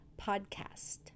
podcast